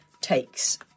takes